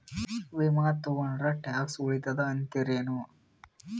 ವಿಮಾ ತೊಗೊಂಡ್ರ ಟ್ಯಾಕ್ಸ ಉಳಿತದ ಅಂತಿರೇನು?